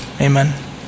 Amen